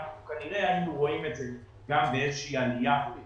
אנחנו כנראה היינו רואים את זה גם באיזושהי עלייה.